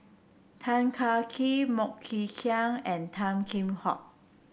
Tan Kah Kee MoK Ying Jang and Tan Kheam Hock